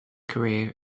career